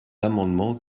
amendements